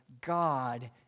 God